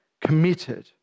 committed